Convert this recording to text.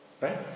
Right